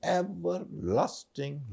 everlasting